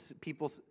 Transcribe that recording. people